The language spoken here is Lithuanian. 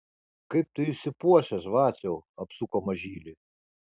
kaip tu išsipuošęs vaciau apsuko mažylį